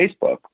Facebook